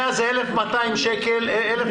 100 שקלים לחודש, זה 1,200 שקלים לשנה.